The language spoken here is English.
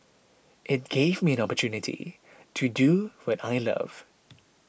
it gave me an opportunity to do what I love